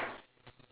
blowing